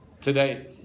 today